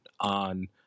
on